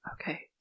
Okay